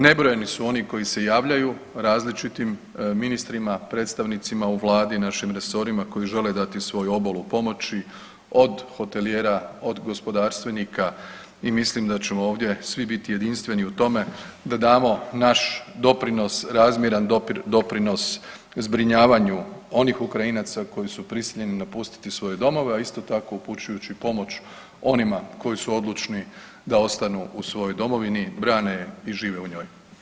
Nebrojeni su oni koji se javljaju, različitim ministrima, predstavnicima u Vladi, našim resorima, koji žele dati svoj obol u pomoći, od hotelijera, od gospodarstvenika i mislim da ćemo ovdje svi biti jedinstveni u tome da damo naš doprinos, razmjeran doprinos zbrinjavanju onih Ukrajinaca koji su prisiljeni napustiti svoje domove, a isto tako upućujući pomoć onima koji su odlučni da ostanu u svojoj domovini, brane i žive u njoj.